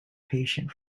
patient